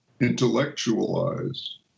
intellectualized